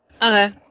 Okay